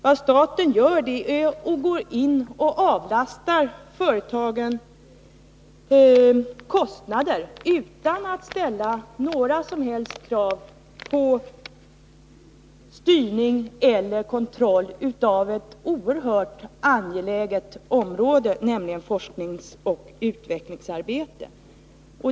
Vad staten gör är att gå in och avlasta företagen kostnader utan att ställa några som helst krav på styrning eller kontroll på ett oerhört angeläget område, nämligen forskningsoch utvecklingsarbetet.